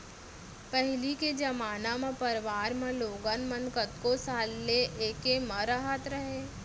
पहिली के जमाना म परवार म लोगन मन कतको साल ल एके म रहत रहें